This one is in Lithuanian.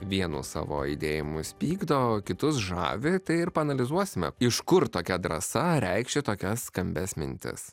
vienu savo idėjomis pykdo kitus žavi tai ir paanalizuosime iš kur tokia drąsa reikšti tokias skambias mintis